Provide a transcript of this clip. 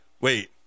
wait